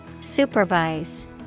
Supervise